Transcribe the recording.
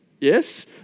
Yes